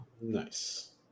nice